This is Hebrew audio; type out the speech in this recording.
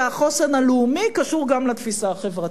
והחוסן הלאומי קשור גם לתפיסה החברתית.